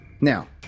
Now